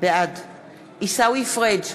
בעד עיסאווי פריג'